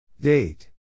Date